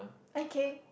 okay